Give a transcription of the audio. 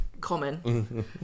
common